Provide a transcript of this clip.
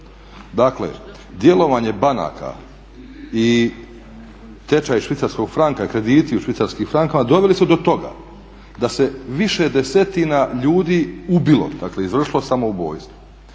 Dakle djelovanje banaka i tečaj švicarskog franka, krediti u švicarskim francima doveli su do toga da se više desetina ljudi ubilo, dakle izvršilo samoubojstvo.